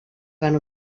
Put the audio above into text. van